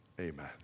amen